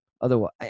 Otherwise